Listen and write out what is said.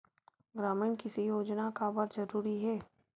ग्रामीण कृषि योजना काबर जरूरी हे?